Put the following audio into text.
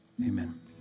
amen